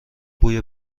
بوی